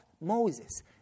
Moses